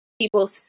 people